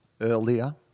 earlier